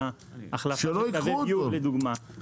החלפת קווי ביוב לדוגמה --- שלא ייקחו אותו.